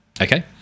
Okay